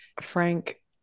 Frank